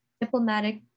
diplomatic